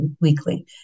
weekly